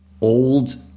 old